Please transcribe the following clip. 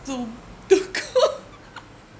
to to cook